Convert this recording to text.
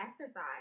exercise